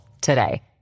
today